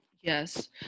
Yes